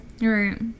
Right